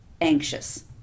anxious